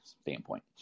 standpoint